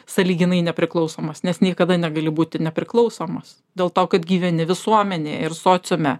sąlyginai nepriklausomas nes niekada negali būti nepriklausomas dėl to kad gyveni visuomenėj ir sociume